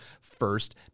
first